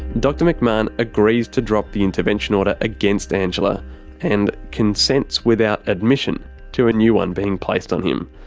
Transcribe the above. dr mcmahon agrees to drop the intervention order against angela and consents without admission to a new one being placed on him.